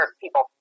people